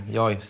jag